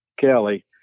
Kelly